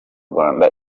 rwanda